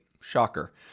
Shocker